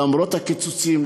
למרות הקיצוצים,